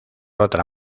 otra